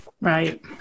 right